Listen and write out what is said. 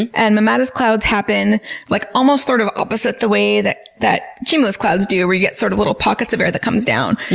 and and mammatus clouds happen like almost sort of opposite the way that that cumulus clouds do, where you get sort of little pockets of air that comes down.